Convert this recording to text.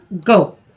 go